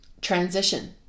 transition